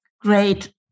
great